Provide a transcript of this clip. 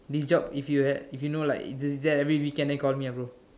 this job if you have if you know like it's at every weekend then call me ah bro